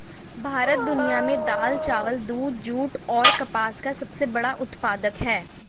भारत दुनिया में दाल, चावल, दूध, जूट और कपास का सबसे बड़ा उत्पादक है